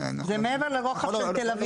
זה מעבר לרוחב של תל אביב.